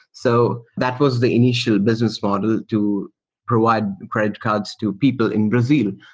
so that was the initial business model to provide credit cards to people in brazil.